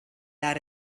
out